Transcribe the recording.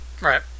Right